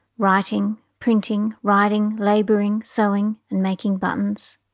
writing, printing, riding, labouring, sewing and making buttons.